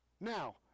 Now